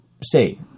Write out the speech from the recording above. say